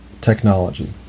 technology